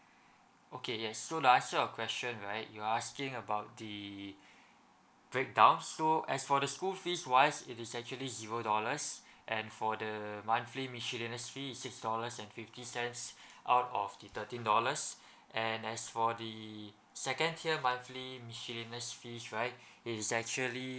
okay yes so you ask a question right you're asking about the breakdowns so as for the school fees wise it is actually zero dollars and for the monthly miscellaneous fees it's six dollars and fifty cents out of the thirteen dollars and as for the second tier monthly miscellaneous fees right it's actually